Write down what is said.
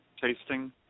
tasting